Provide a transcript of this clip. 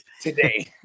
today